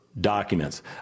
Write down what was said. documents